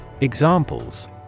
Examples